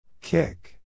Kick